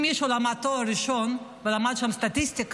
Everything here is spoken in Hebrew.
אם מישהו למד תואר ראשון ולמד שם סטטיסטיקה,